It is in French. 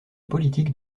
politique